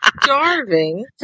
Starving